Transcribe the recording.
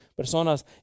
personas